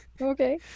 Okay